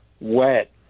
wet